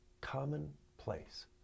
commonplace